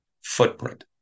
footprint